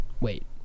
Wait